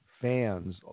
fans